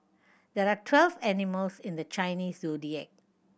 there are twelve animals in the Chinese Zodiac